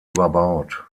überbaut